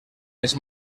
ens